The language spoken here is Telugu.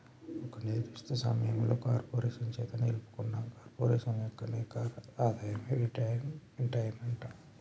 ఒక నిర్దిష్ట సమయంలో కార్పొరేషన్ చేత నిలుపుకున్న కార్పొరేషన్ యొక్క నికర ఆదాయమే రిటైన్డ్ ఎర్నింగ్స్ అంటరు